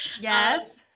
yes